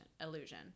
illusion